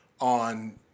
on